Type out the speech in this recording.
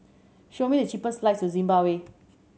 show me the cheapest to Zimbabwe